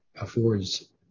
affords